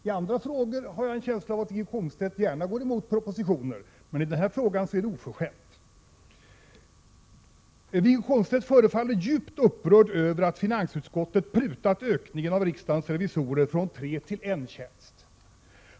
Jag har en känsla av att Wiggo Komstedt i andra frågor gärna går emot propositioner. Men när det gäller den här frågan är det oförskämt att göra det. Wiggo Komstedt förefaller djupt upprörd över att finansutskottet prutat på ökningen av riksdagens revisorer från tre till en tjänst.